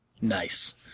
Nice